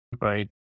right